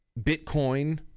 bitcoin